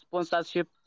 sponsorship